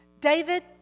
David